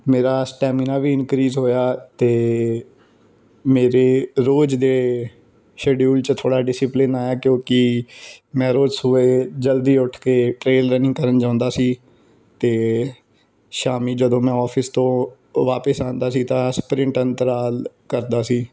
ਮੇਰਾ ਸਟੈਮਿਨਾ ਵੀ ਇਨਕ੍ਰੀਜ ਹੋਇਆ ਅਤੇ ਮੇਰੇ ਰੋਜ਼ ਦੇ ਸ਼ੇਡਿਊਲ 'ਚ ਥੋੜ੍ਹਾ ਡਿਸਿਪਲਿਨ ਆਇਆ ਕਿਉਂਕਿ ਮੈਂ ਰੋਜ਼ ਸੁਬਹ ਜਲਦੀ ਉੱਠ ਕੇ ਟਰੇਲ ਰਨਿੰਗ ਕਰਨ ਜਾਂਦਾ ਸੀ ਅਤੇ ਸ਼ਾਮ ਜਦੋਂ ਮੈਂ ਆਫਿਸ ਤੋਂ ਵਾਪਿਸ ਆਉਂਦਾ ਸੀ ਤਾਂ ਸੁਪਰਿੰਟ ਅੰਤਰਾਲ ਕਰਦਾ ਸੀ